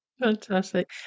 Fantastic